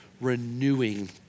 renewing